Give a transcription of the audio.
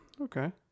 Okay